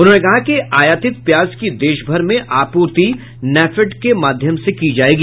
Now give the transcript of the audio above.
उन्होंने कहा कि आयातित प्याज की देशभर में आपूर्ति नेफेड के माध्यम से की जायेगी